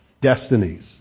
destinies